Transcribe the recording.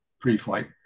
pre-flight